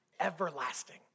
everlasting